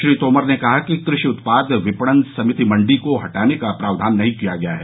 श्री तोमर ने कहा कि कृषि उत्पाद विपणन समिति मंडी को हटाने का प्रावधान नहीं किया गया है